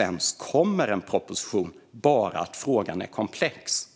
ens kommer en proposition, bara att frågan är komplex.